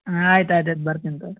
ಆಯ್ತು ಆಯ್ತು ಆಯ್ತು ಬರ್ತೀನಿ ತಗೋಳಿ ರೀ